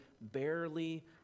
barely